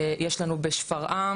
יש לנו בשפרעם,